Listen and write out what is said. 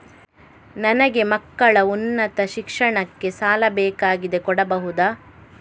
ನನಗೆ ಮಕ್ಕಳ ಉನ್ನತ ಶಿಕ್ಷಣಕ್ಕೆ ಸಾಲ ಬೇಕಾಗಿದೆ ಕೊಡಬಹುದ?